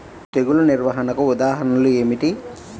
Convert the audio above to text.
తెగులు నిర్వహణకు ఉదాహరణలు ఏమిటి?